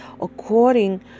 according